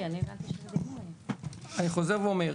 אני חוזר ואומר,